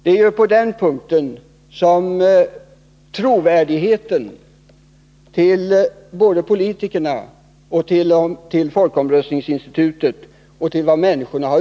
Det är ju på detta som trovärdigheten hos både politikerna och folkomröstningsinstitutet. hänger.